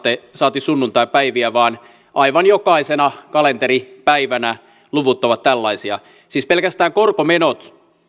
saati sunnuntaipäiviä vaan aivan jokaisena kalenteripäivänä luvut ovat tällaisia siis pelkästään korkomenot